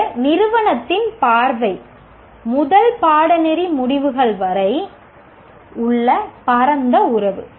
இது நிறுவனத்தின் பார்வை முதல் பாடநெறி முடிவுகள் வரை உள்ள பரந்த உறவு